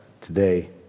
today